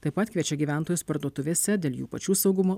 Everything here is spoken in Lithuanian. taip pat kviečia gyventojus parduotuvėse dėl jų pačių saugumo